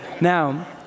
Now